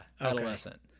adolescent